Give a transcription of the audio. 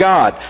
God